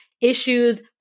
issues